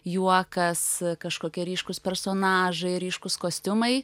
juokas kažkokie ryškūs personažai ryškūs kostiumai